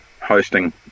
hosting